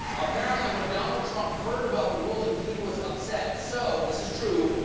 apparently when donald trump heard about the ruling, he was upset. so, this is true,